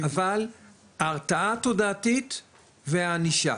אבל ההרתעה תודעתית וענישה.